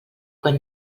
quan